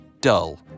dull